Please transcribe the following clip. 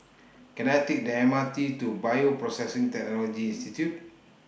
Can I Take The M R T to Bioprocessing Technology Institute